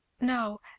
No